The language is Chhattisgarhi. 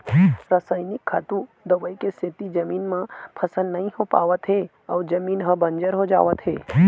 रसइनिक खातू, दवई के सेती जमीन म फसल नइ हो पावत हे अउ जमीन ह बंजर हो जावत हे